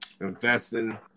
investing